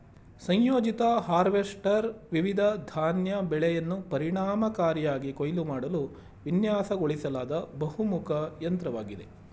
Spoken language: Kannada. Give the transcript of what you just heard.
ಸಂಯೋಜಿತ ಹಾರ್ವೆಸ್ಟರ್ ವಿವಿಧ ಧಾನ್ಯ ಬೆಳೆಯನ್ನು ಪರಿಣಾಮಕಾರಿಯಾಗಿ ಕೊಯ್ಲು ಮಾಡಲು ವಿನ್ಯಾಸಗೊಳಿಸಲಾದ ಬಹುಮುಖ ಯಂತ್ರವಾಗಿದೆ